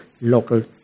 local